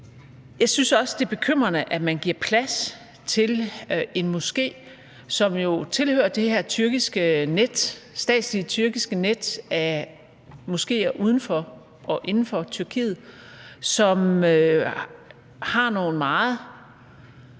Jeg synes også, det er bekymrende, at man giver plads til en moské, som jo tilhører det her statslige tyrkiske net af moskéer uden for og inden for Tyrkiet, som har nogle